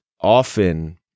often